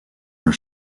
are